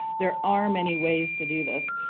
there are many ways to do this.